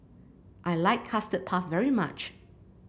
I like Custard Puff very much